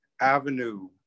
avenue